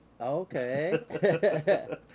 okay